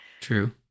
True